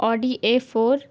Audi a four